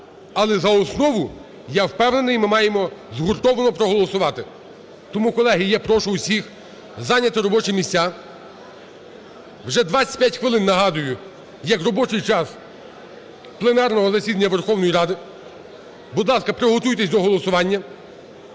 Але за основу, я впевнений, ми маємо згуртовано проголосувати. Тому, колеги, я прошу усіх зайняти робочі місця. Вже 25 хвилин, нагадую, як робочий час пленарного засідання Верховної Ради. Будь ласка, приготуйтесь до голосування.